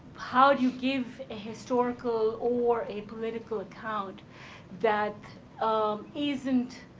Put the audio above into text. how do you give ah historical or a political account that um isn't